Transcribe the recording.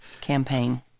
campaign